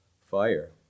fire